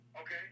okay